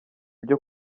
byo